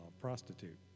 prostitute